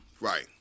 Right